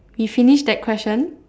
we finish that question